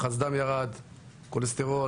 לחץ הדם ירד, הכולסטרול.